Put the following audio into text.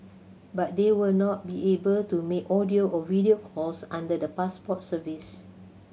but they will not be able to make audio or video calls under the Passport service